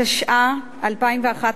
התשע"א 2011,